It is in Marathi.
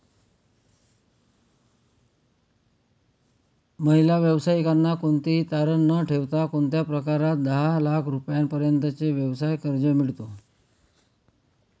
महिला व्यावसायिकांना कोणतेही तारण न ठेवता कोणत्या प्रकारात दहा लाख रुपयांपर्यंतचे व्यवसाय कर्ज मिळतो?